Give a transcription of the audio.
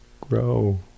grow